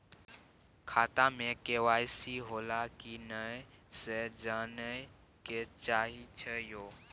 खाता में के.वाई.सी होलै की नय से जानय के चाहेछि यो?